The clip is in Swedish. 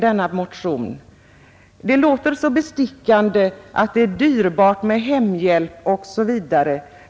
Det låter så bestickande att det är dyrt med hemhjälp.